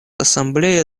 ассамблея